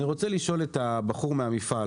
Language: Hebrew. אני רוצה לשאול את הבחור מהמפעל